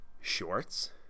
shorts